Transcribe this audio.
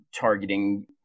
targeting